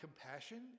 compassion